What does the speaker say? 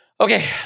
Okay